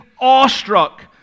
awestruck